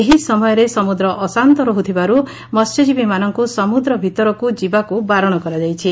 ଏହି ସମୟରେ ସମୁଦ୍ର ଅଶାନ୍ତ ରହୁଥିବାରୁ ମହ୍ୟଜୀବୀମାନଙ୍କୁ ସମୁଦ୍ର ଭିତରକୁ ଯିବାକୁ ବାରଣ କରାଯାଇଛି